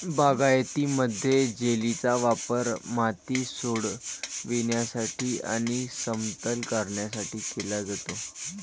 बागायतीमध्ये, जेलीचा वापर माती सोडविण्यासाठी आणि समतल करण्यासाठी केला जातो